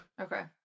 Okay